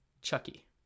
Chucky